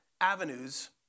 avenues